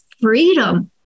freedom